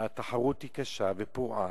התחרות היא קשה ופרועה.